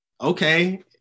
okay